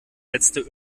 letzte